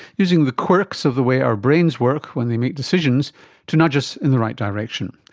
using the quirks of the way our brains work when they make decisions to nudge us in the right direction,